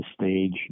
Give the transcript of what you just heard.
stage